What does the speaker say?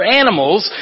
animals